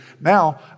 now